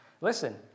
Listen